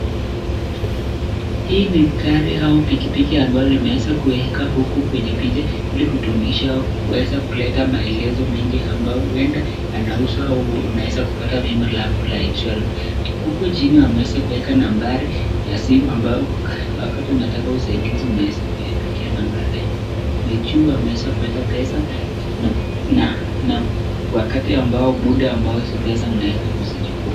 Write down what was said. Hii ni gari au pikipiki ambayo imeweza kuwekwa huku kwenye picha ili kutumishiwa kuweza kuleta maelezo mingi ambayo huenda yanahusu au unaweza kupata bima lako la insurance . Huku chini wameweza kuweka nambari ya simu ambayo wakati unataka usaidizi unaweza kuyapigia nambari hayo. Na juu wameweza kuweka pesa na na wakati ambao muda ambao hizi pesa unaweza kuzichukua.